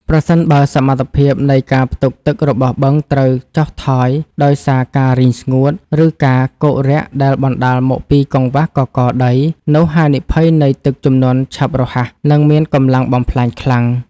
ប្រសិនបើសមត្ថភាពនៃការផ្ទុកទឹករបស់បឹងត្រូវចុះថយដោយសារការរីងស្ងួត ឬការគោករាក់ដែលបណ្តាលមកពីកង្វះកករដី នោះហានិភ័យនៃទឹកជំនន់ឆាប់រហ័ស និងមានកម្លាំងបំផ្លាញខ្លាំង។